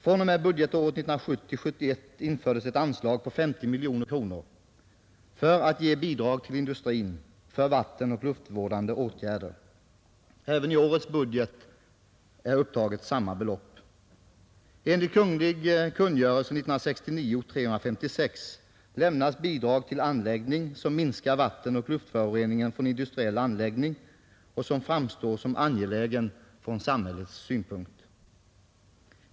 Från och med budgetåret 1970/71 infördes ett anslag på 50 miljoner kronor för att ge bidrag till industrin för vattenoch luftvårdande åtgärder. Även i årets budget är samma belopp upptaget. Enligt kunglig kungörelse 356 år 1969 lämnas bidrag till anläggning, som minskar vattenoch luftföroreningen från industriell anläggning och framstår som angelägen från samhällets synpunkt.